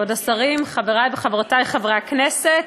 כבוד השרים, חברי וחברותי חברי הכנסת,